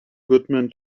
goodman